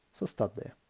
so stop there.